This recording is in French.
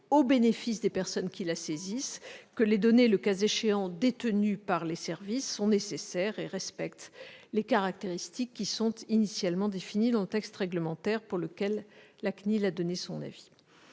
au bénéfice des personnes qui la saisissent, que les données détenues le cas échéant par ces services sont nécessaires et respectent les caractéristiques initialement définies dans le texte réglementaire sur lequel la CNIL a donné son avis.